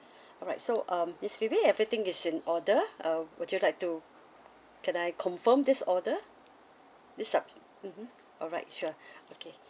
alright so um miss phoebe everything is in order uh would you like to can I confirm this order this subs~ mmhmm alright sure okay